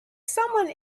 someone